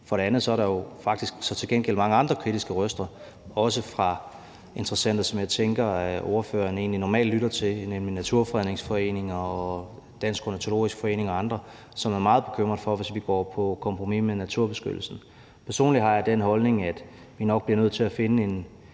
for det andet er der faktisk så til gengæld mange andre kritiske røster også fra interessenter, som jeg tænker at ordføreren egentlig normalt lytter til, nemlig naturfredningsforeninger og Dansk Ornitologisk Forening og andre, som er meget bekymrede for, at vi går på kompromis med naturbeskyttelsen. Personligt har jeg den holdning, at vi nok bliver nødt til at finde en